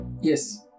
Yes